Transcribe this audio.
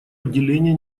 отделение